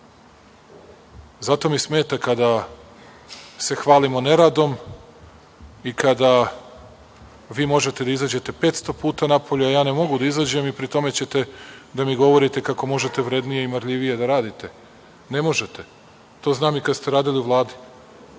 Zato mi smeta kada se hvalimo neradom i kada vi možete da izađete 500 puta napolje, a ja ne mogu da izađem i pri tom ćete da mi govorite kako možete vrednije i marljivije da radite. Ne možete. To znam i kada ste radili u Vladi.